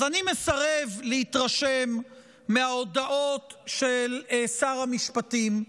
אז אני מסרב להתרשם מההודעות של שר המשפטים,